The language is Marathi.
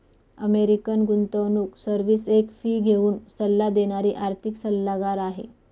अमेरिकन गुंतवणूक सर्विस एक फी घेऊन सल्ला देणारी आर्थिक सल्लागार आहे